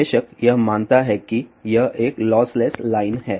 बेशक यह मानता है कि यह एक लॉसलेस लाइन है